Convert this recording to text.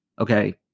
Okay